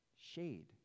shade